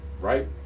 right